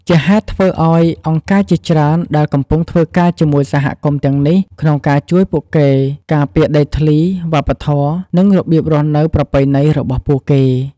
ជាហេតុធ្វើឲ្យអង្គការជាច្រើនដែលកំពុងធ្វើការជាមួយសហគមន៍ទាំងនេះក្នុងការជួយពួកគេការពារដីធ្លី វប្បធម៌ និងរបៀបរស់នៅប្រពៃណីរបស់ពួកគេ។